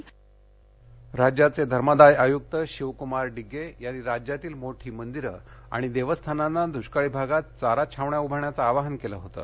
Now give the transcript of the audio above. चारा छावणी राज्याचे धर्मादाय आयुक्त शिवकुमार डिग्गे यांनी राज्यातील मोठी मंदिरं आणि देवस्थानांना दुष्काळी भागात चारा छावण्या उभारण्याचं आवाहन केलं होतं